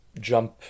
jump